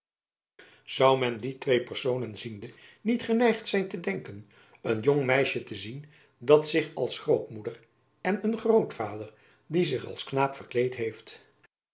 zoû men die twee personen ziende niet geneigd zijn te denken een jong meisjen te zien dat zich als grootmoeder en een grootvader die zich als knaap verkleed heeft